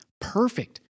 Perfect